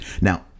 Now